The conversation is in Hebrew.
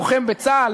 לוחם בצה"ל,